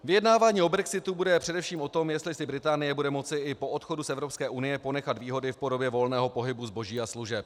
Vyjednávání o brexitu bude především o tom, jestli si Británie bude moci i po odchodu z Evropské unie ponechat výhody v podobě volného pohybu zboží a služeb.